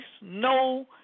no